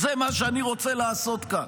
זה מה שאני רוצה לעשות כאן.